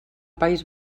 país